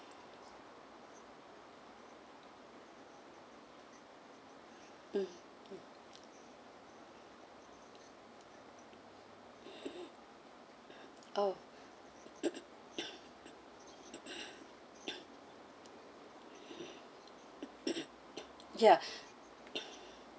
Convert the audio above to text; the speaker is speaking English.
mm oh ya